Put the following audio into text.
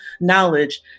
knowledge